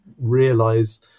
realize